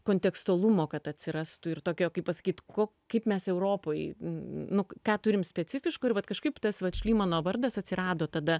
kontekstualumo kad atsirastų ir tokia kaip pasakyt ko kaip mes europoj n nu ką turim specifiško ir vat kažkaip tas vat šlymano vardas atsirado tada